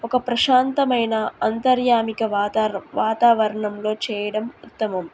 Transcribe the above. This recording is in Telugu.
ఒక ప్రశాంతమైన అంతర్యామిక వాతర వాతావరణంలో చెయ్యడం ఉత్తమం